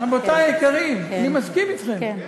רבותי היקרים, אני מסכים אתכם.